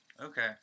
Okay